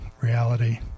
reality